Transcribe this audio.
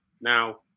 Now